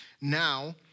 Now